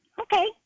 Okay